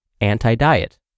anti-diet